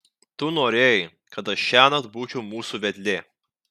tu norėjai kad aš šiąnakt būčiau mūsų vedlė